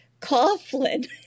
Coughlin